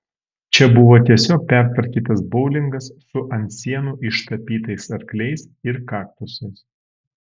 čia buvo tiesiog pertvarkytas boulingas su ant sienų ištapytais arkliais ir kaktusais